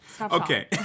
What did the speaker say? Okay